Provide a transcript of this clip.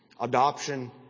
adoption